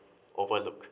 overlook